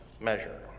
measure